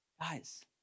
Guys